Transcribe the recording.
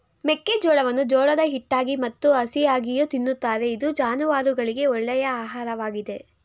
ಮೆಕ್ಕೆಜೋಳವನ್ನು ಜೋಳದ ಹಿಟ್ಟಾಗಿ ಮತ್ತು ಹಸಿಯಾಗಿಯೂ ತಿನ್ನುತ್ತಾರೆ ಇದು ಜಾನುವಾರುಗಳಿಗೆ ಒಳ್ಳೆಯ ಆಹಾರವಾಗಿದೆ